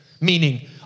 meaning